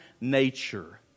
nature